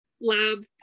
lab